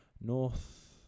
North